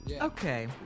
okay